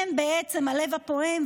הן בעצם הלב הפועם,